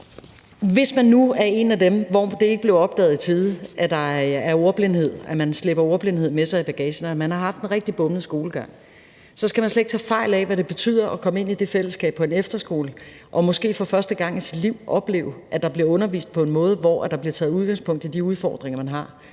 Hvis man nu er en af dem, som det ikke blev opdaget hos i tide, at man slæber ordblindhed med sig i bagagen, og som har haft en rigtig bumlet skoletid, så skal vi slet ikke tage fejl af, hvad det betyder at komme ind i det fællesskab på en efterskole og måske for første gang i sit liv opleve, at der bliver undervist på en måde, hvor der bliver taget udgangspunkt i de udfordringer, man har.